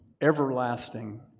everlasting